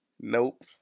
Nope